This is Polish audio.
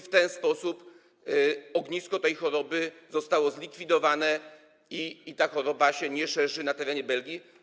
W ten sposób ognisko tej choroby zostało zlikwidowane, ta choroba się nie szerzy na terenie Belgii.